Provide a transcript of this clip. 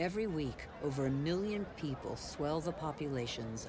every week over a million people swells of populations